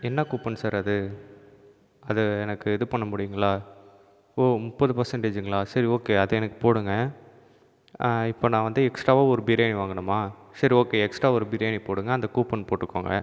என்ன coupon sir அது அது எனக்கு இதுப் பண்ண முடியுங்களா ஓ முப்பது பர்சண்டேஜிங்களா சரி ஓகே அதை எனக்கு போடுங்கள் இப்போ நான் வந்து எக்ஸ்ட்ராவா ஒரு பிரியாணி வாங்கணுமா சரி ஓகே எக்ஸ்ட்ரா ஒரு பிரியாணி போடுங்கள் அந்த கூப்பன் போட்டுக்கோங்கள்